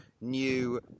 new